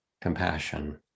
compassion